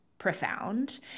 profound